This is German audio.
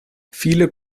viele